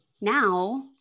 Now